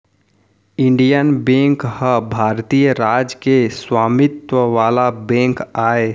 Indian Bank ह भारतीय राज के स्वामित्व वाला बेंक आय